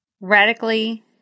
radically